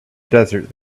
desert